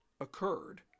occurred